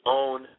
own